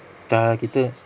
tak ah kita